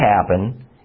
happen